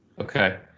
Okay